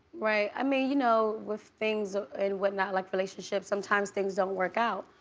right, i mean, you know with things and what not, like relationships, sometimes things don't work out,